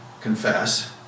confess